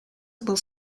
will